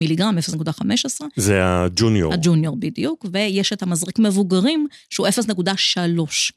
מיליגרם, 0.15. זה הג'וניור. הג'וניור בדיוק, ויש את המזריק מבוגרים, שהוא 0.3.